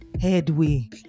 Headway